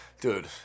dude